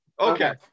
Okay